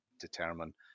determine